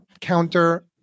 counter